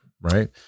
right